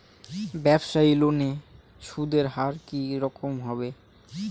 ব্যবসায়ী লোনে সুদের হার কি রকম হবে?